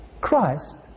Christ